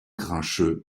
grincheux